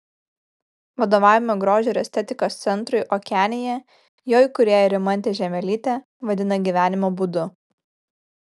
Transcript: vadovavimą grožio ir estetikos centrui okeanija jo įkūrėja rimantė žiemelytė vadina gyvenimo būdu